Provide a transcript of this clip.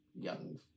young